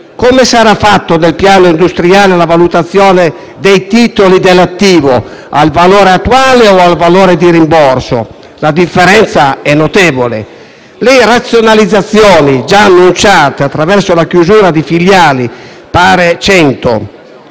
Come sarà fatta nel piano industriale la valutazione dei titoli dell'attivo? Al valore attuale o al valore di rimborso? La differenza è infatti notevole. Le razionalizzazioni già annunciate attraverso la chiusura di filiali - pare cento